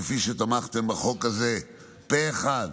כפי שתמכתם בחוק הזה פה אחד